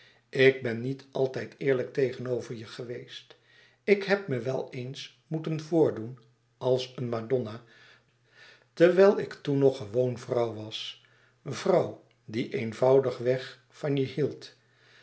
ik ben niet altijd eerlijk tegenover je geweest ik heb me wel eens moeten voordoen àls een madonna terwijl ik toen nog gewoon vrouw was vrouw die eenvoudig-weg van je hield